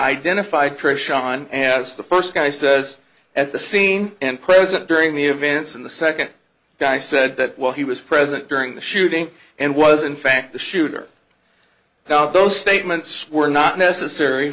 identified trish on as the first guy says at the scene and present during the events in the second guy said that while he was present during the shooting and was in fact the shooter now those statements were not necessary